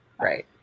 Right